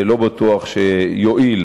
לא בטוח שיועיל